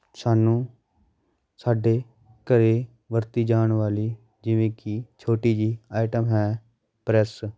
ਸਾਨੂੰ ਸਾਡੇ ਘਰ ਵਰਤੀ ਜਾਣ ਵਾਲੀ ਜਿਵੇਂ ਕਿ ਛੋਟੀ ਜਿਹੀ ਆਈਟਮ ਹੈ ਪ੍ਰੈੱਸ